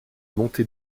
montée